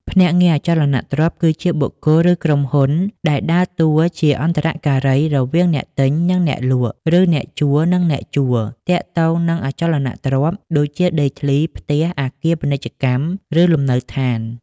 ភ្នាក់ងារអចលនទ្រព្យ គឺជាបុគ្គលឬក្រុមហ៊ុនដែលដើរតួជា អន្តរការី រវាងអ្នកទិញ និងអ្នកលក់ ឬអ្នកជួល និងអ្នកជួល ទាក់ទងនឹងអចលនទ្រព្យ ដូចជាដីធ្លី ផ្ទះ អគារពាណិជ្ជកម្ម ឬលំនៅដ្ឋាន។